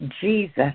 Jesus